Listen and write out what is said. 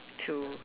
to